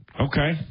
Okay